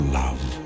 love